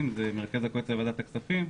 שלי הוא מרכז הקואליציה בוועדת הכספים.